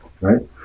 right